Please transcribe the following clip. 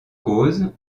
cause